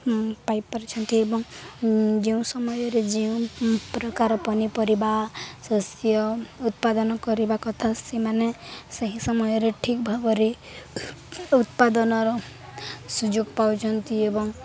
ପାଇପାରୁଛନ୍ତି ଏବଂ ଯେଉଁ ସମୟରେ ଯେଉଁ ପ୍ରକାର ପନିପରିବା ଶସ୍ୟ ଉତ୍ପାଦନ କରିବା କଥା ସେମାନେ ସେହି ସମୟରେ ଠିକ୍ ଭାବରେ ଉତ୍ପାଦନର ସୁଯୋଗ ପାଉଛନ୍ତି ଏବଂ